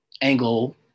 angle